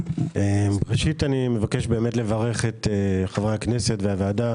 ראשית אני מבקש לברך את חברי הכנסת ואת הוועדה